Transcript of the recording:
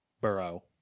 Burrow